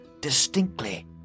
distinctly